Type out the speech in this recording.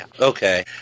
Okay